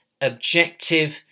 objective